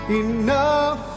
enough